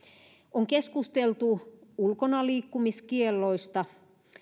on keskusteltu ulkonaliikkumiskielloista